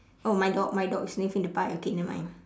oh my dog my dog is sniffing the pie okay never mind